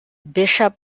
bishop